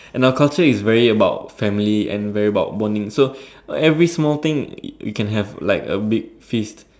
and our culture is very about family and very about bonding so every small thing we can have like a big feast